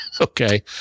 okay